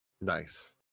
Nice